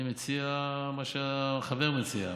אני מציע מה שהחבר מציע.